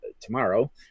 tomorrow